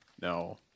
No